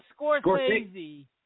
Scorsese